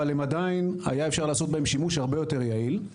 אבל היה אפשר לעשות בהם שימוש הרבה יותר יעיל.